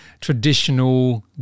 traditional